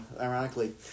ironically